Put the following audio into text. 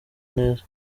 neza